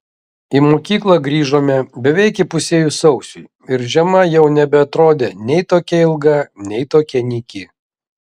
į mokyklą grįžome beveik įpusėjus sausiui ir žiema jau nebeatrodė nei tokia ilga nei tokia nyki